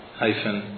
hyphen